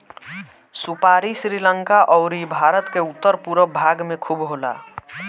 सुपारी श्रीलंका अउरी भारत के उत्तर पूरब भाग में खूब होला